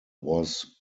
was